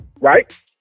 Right